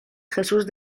jesús